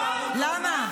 למה?